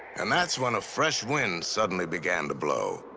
and that's when a fresh wind suddenly began to blow.